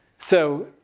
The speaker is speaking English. so